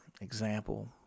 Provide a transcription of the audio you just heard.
example